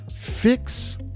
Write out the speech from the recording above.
fix